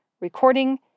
recording